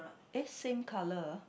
eh same colour